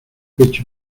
pecho